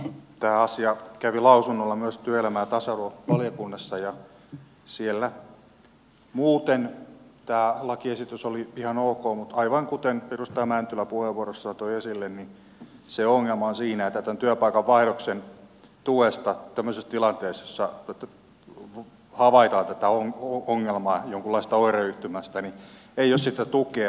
tämä asia kävi lausunnolla myös työelämä ja tasa arvovaliokunnassa ja siellä muuten tämä lakiesitys oli ihan ok mutta aivan kuten edustaja mäntylä puheenvuorossaan toi esille ongelma on tämän työpaikan vaihdoksen tuessa tämmöisessä tilanteessa jossa havaitaan tämä ongelma jonkinlaisesta oireyhtymästä ja ei ole sitten tukea